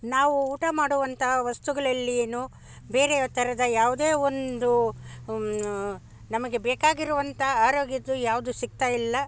ನಾವು ಊಟ ಮಾಡುವಂತಹ ವಸ್ತುಗಳಲ್ಲೇನು ಬೇರೆಯವ್ರ ಥರದ ಯಾವುದೇ ಒಂದು ನಮಗೆ ಬೇಕಾಗಿರುವಂಥ ಆರೋಗ್ಯದ್ದು ಯಾವುದು ಸಿಗ್ತಾಯಿಲ್ಲ